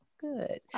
Good